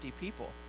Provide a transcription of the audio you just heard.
people